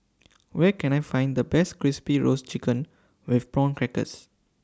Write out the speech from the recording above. Where Can I Find The Best Crispy Roasted Chicken with Prawn Crackers